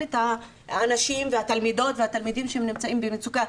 את האנשים והתלמידות והתלמידים שנמצאים במצוקה,